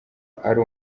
ari